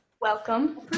Welcome